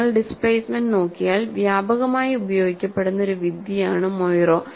നിങ്ങൾ ഡിസ്പ്ലേസ്മെന്റ് നോക്കിയാൽ വ്യാപകമായി ഉപയോഗിക്കപ്പെടുന്ന ഒരു വിദ്യയാണ് മൊയ്റോ